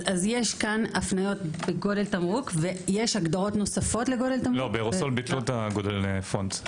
ויש כאן הפניות לגודל תמרוק ויש הגדרות נוספות לגודל תמרוק?